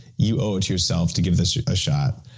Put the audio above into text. you owe it to yourself to give this a shot.